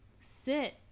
Sit